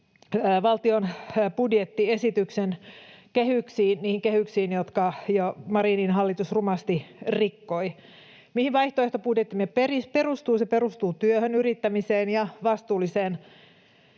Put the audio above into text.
valtion budjettiesityksen kehyksiin, niihin kehyksiin, jotka Marinin hallitus rumasti rikkoi. Mihin vaihtoehtobudjettimme perustuu? Se perustuu työhön, yrittämiseen ja vastuulliseen